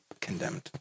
condemned